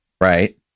right